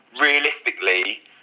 realistically